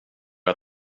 jag